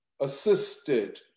assisted